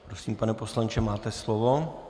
Prosím, pane poslanče, máte slovo.